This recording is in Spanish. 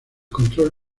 control